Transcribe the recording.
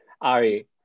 Ari